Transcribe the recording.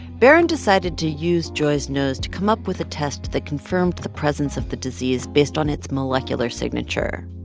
barran decided to use joy's nose to come up with a test that confirmed the presence of the disease based on its molecular signature.